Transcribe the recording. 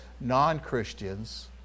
non-Christians